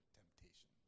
temptation